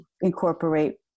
incorporate